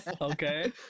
Okay